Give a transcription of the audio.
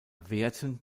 werten